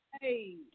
Hey